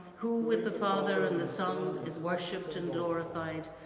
who with the father and the son is worshipped and glorified,